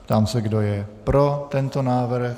Ptám se, kdo je pro tento návrh.